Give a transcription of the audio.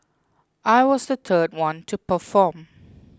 I was the third one to perform